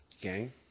Gang